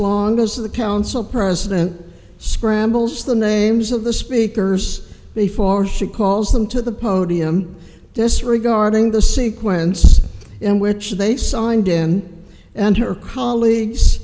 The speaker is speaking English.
long as the council president scrambles the names of the speakers before she calls them to the podium disregarding the sequence in which they signed in and her colleagues